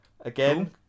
Again